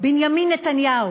בנימין נתניהו,